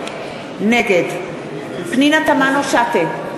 נגד פנינה תמנו-שטה,